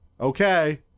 Okay